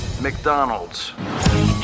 McDonald's